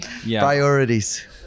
priorities